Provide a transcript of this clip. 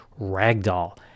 Ragdoll